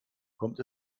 kommt